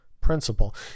principle